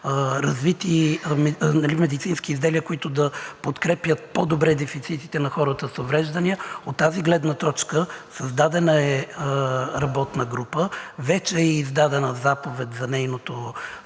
предоставят медицински изделия, които да подкрепят по-добре дефицитите на хората с увреждания. От тази гледна точка е създадена работна група. Вече е издадена заповед за нейното